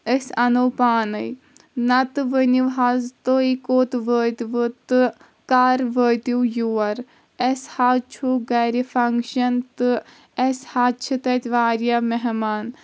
أسۍ انو پانٕے نتہٕ ؤنِو حظ تُہۍ کوٚت وٲتِوٕ تہٕ کر وٲتِو یور اسہِ حظ چھُ گرٕ فنٛکشن تہٕ اسہِ حظ چھِ تتہِ واریاہ مہمان